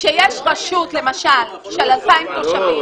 כשיש רשות של אלפיים תושבים,